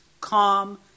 calm